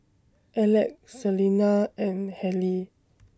Alec Selina and Hallie